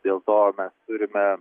dėl to mes turime